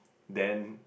then